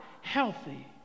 healthy